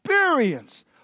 Experience